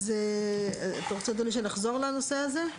אדוני, אתה רוצה שנחזור לנושא הזה?